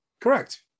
Correct